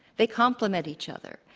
they complement each other.